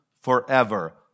forever